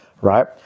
right